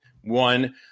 one –